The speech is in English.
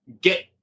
get